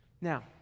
Now